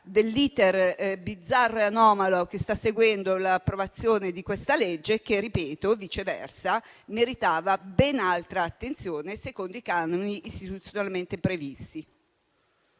dell'*iter* bizzarro e anomalo che sta seguendo l'approvazione di questo provvedimento che, viceversa, meritava ben altra attenzione secondo i canoni istituzionalmente previsti.